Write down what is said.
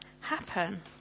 happen